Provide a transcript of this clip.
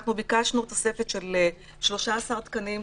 אנחנו ביקשנו תוספת של 13 תקנים,